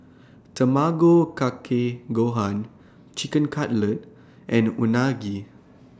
Tamago Kake Gohan Chicken Cutlet and Unagi